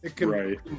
Right